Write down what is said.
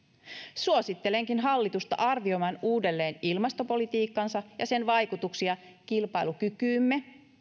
suosittelenkin hallitusta arvioimaan uudelleen ilmastopolitiikkaansa ja sen vaikutuksia kilpailukykyymme